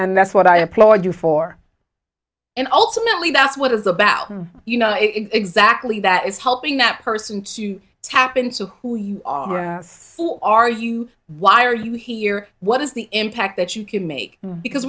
and that's what i applaud you for and ultimately that's what it's about you know exactly that is helping that person to tap into who you are you why are you here what is the impact that you can make because